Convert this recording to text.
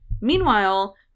Meanwhile